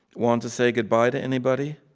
want to say goodbye to anybody?